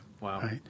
Wow